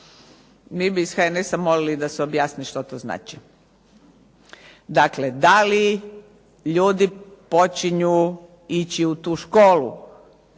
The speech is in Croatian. Mi bi iz HNS-a molili da se objasni što to znači. Dakle, da li ljudi počinju ići u tu školu